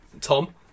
Tom